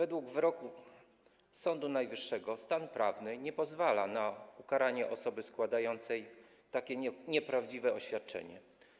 Zgodnie z wyrokiem Sądu Najwyższego stan prawny nie pozwala na ukaranie osoby składającej takie nieprawdziwe oświadczenie.